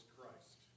Christ